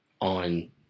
on